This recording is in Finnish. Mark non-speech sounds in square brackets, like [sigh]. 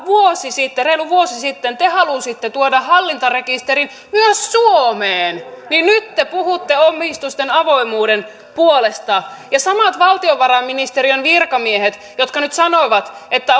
reilu vuosi sitten te halusitte tuoda hallintarekisterin myös suomeen niin nyt te puhutte omistusten avoimuuden puolesta samat valtiovarainministeriön virkamiehet jotka nyt sanovat että [unintelligible]